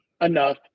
enough